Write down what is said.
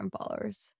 followers